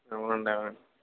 అవునండి అవునండి